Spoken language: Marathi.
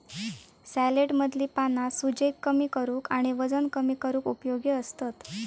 सॅलेडमधली पाना सूजेक कमी करूक आणि वजन कमी करूक उपयोगी असतत